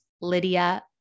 Lydia